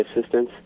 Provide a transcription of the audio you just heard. assistance